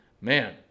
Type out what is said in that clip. man